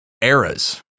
eras